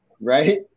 Right